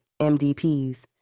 MDPs